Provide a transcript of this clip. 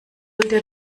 wohl